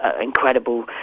incredible